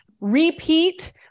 repeat